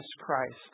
Christ